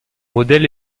modèle